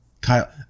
Kyle